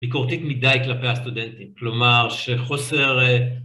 ביקורתית מדי כלפי הסטודנטים, כלומר שחוסר אה...